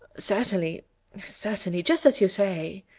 certainly certainly just as you say,